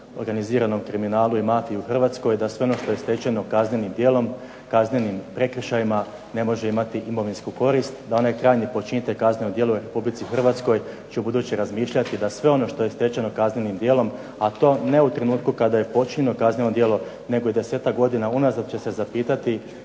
organiziranom kriminalu i mafiji u Hrvatskoj da sve ono što je stečeno kaznenim djelom, kaznenim prekršajima, ne može imati imovinsku korist, da onaj krajnji počinitelj kaznenog djela u Republici Hrvatskoj će ubuduće razmišljati da sve ono što je stečeno kaznenim djelom, a to ne u trenutku kada je počinjeno kazneno djelo nego i 10-tak godina unazad će se zapitati